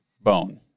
bone